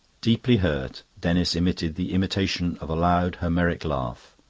deeply hurt, denis emitted the imitation of a loud homeric laugh.